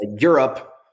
Europe